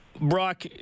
Brock